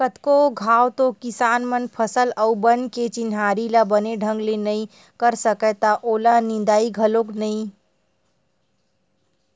कतको घांव तो किसान मन फसल अउ बन के चिन्हारी ल बने ढंग ले नइ कर सकय त ओला निंदय घलोक नइ